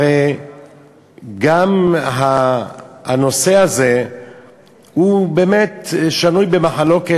הרי גם הנושא הזה הוא באמת שנוי במחלוקת,